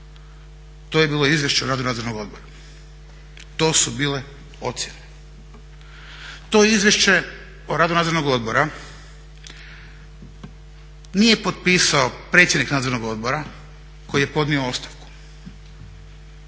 To je bilo Izvješće o radu Nadzornog odbora. To su bile ocijene. To izvješće o radu Nadzornog odbora nije potpisao predsjednik Nadzornog odbora koji je podnio ostavku,